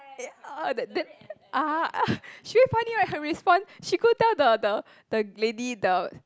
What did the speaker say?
ya then then ah ah she very funny right her response she go tell the the the lady the